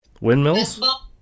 Windmills